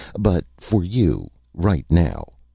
but for you, right now,